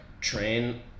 train